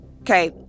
okay